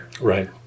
right